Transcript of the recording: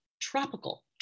tropical